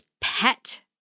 pet